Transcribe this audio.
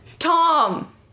Tom